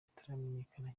utaramenyekana